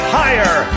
higher